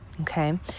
Okay